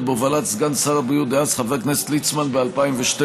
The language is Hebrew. בהובלת סגן שר הבריאות דאז חבר הכנסת ליצמן ב-2012.